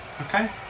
Okay